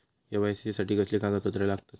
KYC साठी कसली कागदपत्र लागतत?